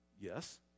Yes